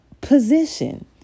position